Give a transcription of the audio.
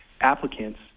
applicants